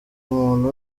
umuntu